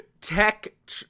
tech